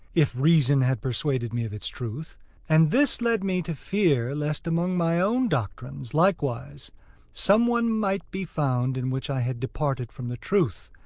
if reason had persuaded me of its truth and this led me to fear lest among my own doctrines likewise some one might be found in which i had departed from the truth,